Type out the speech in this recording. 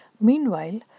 Meanwhile